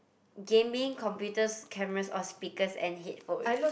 gaming computers cameras or speakers and headphone